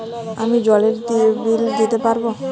আমি জলের বিল দিতে পারবো?